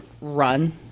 run